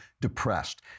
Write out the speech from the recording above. depressed